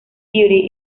fury